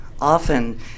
often